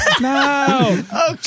No